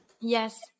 Yes